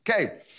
Okay